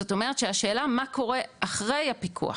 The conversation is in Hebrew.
זאת אומרת, שהשאלה מה קורה אחרי הפיקוח